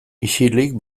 isilik